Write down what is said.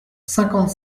cinquante